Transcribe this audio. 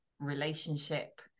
relationship